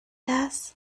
das